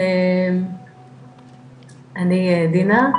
אני דינה,